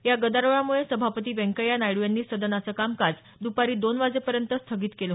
या गदारोळामुळे सभापती व्यंकय्या नायड्र यांनी सदनाचं कामकाज दपारी दोन वाजेपर्यंत स्थगित केलं